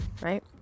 right